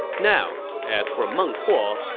now, as for meng huo,